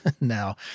now